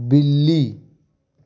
बिल्ली